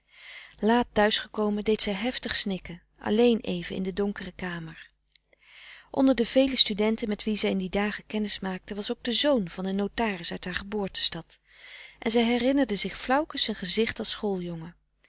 thuis gekomen deed zij heftig snikken alleen even in de donkere kamer onder de vele studenten met wie zij in die dagen kennis maakte was ook de zoon van een notaris uit haar geboortestad en zij herinnerde zich flauwkens zijn